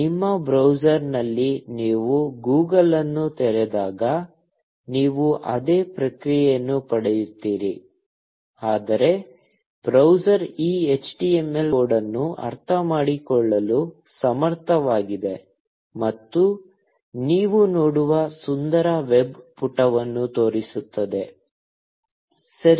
ನಿಮ್ಮ ಬ್ರೌಸರ್ನಲ್ಲಿ ನೀವು Google ಅನ್ನು ತೆರೆದಾಗ ನೀವು ಅದೇ ಪ್ರತಿಕ್ರಿಯೆಯನ್ನು ಪಡೆಯುತ್ತೀರಿ ಆದರೆ ಬ್ರೌಸರ್ ಈ HTML ಕೋಡ್ ಅನ್ನು ಅರ್ಥಮಾಡಿಕೊಳ್ಳಲು ಸಮರ್ಥವಾಗಿದೆ ಮತ್ತು ನೀವು ನೋಡುವ ಸುಂದರ ವೆಬ್ ಪುಟವನ್ನು ತೋರಿಸುತ್ತದೆ ಸರಿ